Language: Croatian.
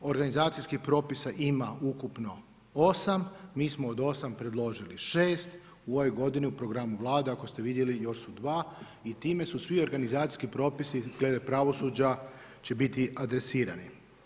Organizacijskih propisa ima ukupno 8, mi smo od 8 predložili 6, u ovoj godini u programu vlada, ako ste vidjeli još su 2 i time su svi organizacijski propisi glede pravosuđa će biti adresirani.